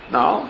Now